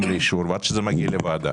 לאישור ולוקח זמן עד שזה מגיע לוועדה